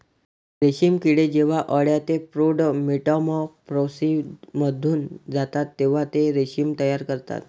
रेशीम किडे जेव्हा अळ्या ते प्रौढ मेटामॉर्फोसिसमधून जातात तेव्हा ते रेशीम तयार करतात